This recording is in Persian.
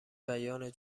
بیان